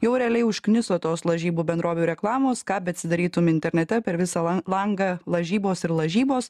jau realiai užkniso tos lažybų bendrovių reklamos ką beatsidarytum internete per visą lan langą lažybos ir lažybos